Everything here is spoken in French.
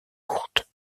courtes